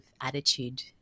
attitude